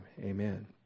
amen